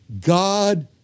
God